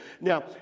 now